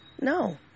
no